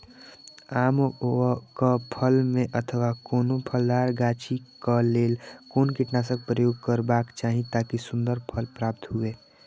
आम क फल में अथवा कोनो फलदार गाछि क लेल कोन कीटनाशक प्रयोग करबाक चाही ताकि सुन्दर फल प्राप्त हुऐ?